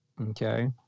Okay